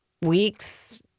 weeks